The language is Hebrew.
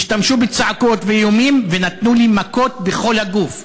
השתמשו בצעקות ובאיומים ונתנו לי מכות בכל הגוף.